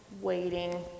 waiting